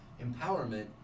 empowerment